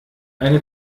eine